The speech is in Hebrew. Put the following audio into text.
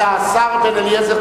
השר בן-אליעזר,